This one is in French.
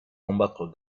combattre